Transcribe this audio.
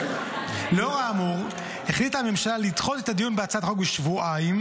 לאור האמור החליטה הממשלה לדחות את הדיון בהצעת החוק בשבועיים,